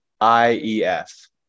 i-e-f